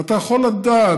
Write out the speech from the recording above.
ואתה יכול לדעת,